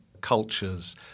cultures